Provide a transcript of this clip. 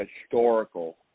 historical